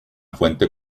fuente